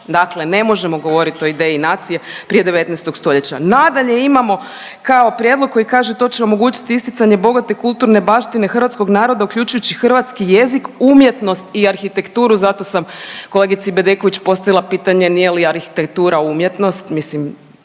Dakle ne možemo govorit o ideji nacije prije 19. stoljeća. Nadalje, imamo kao prijedlog koji kaže to će omogućiti isticanje bogate kulturne baštine hrvatskog naroda uključujući hrvatski jezik, umjesto i arhitekturu. Zato sam kolegici Bedeković postavila pitanje nije li arhitektura umjetnost,